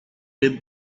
with